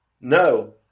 No